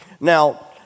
Now